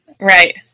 Right